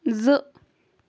زٕ